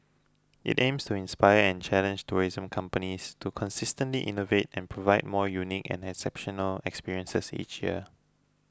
it aims to inspire and challenge tourism companies to consistently innovate and provide more unique and exceptional experiences each year